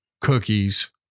cookies